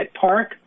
Park